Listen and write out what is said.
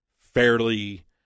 fairly